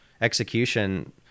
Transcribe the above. execution